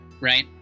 right